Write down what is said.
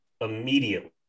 immediately